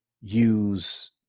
use